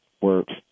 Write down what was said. works